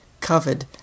covered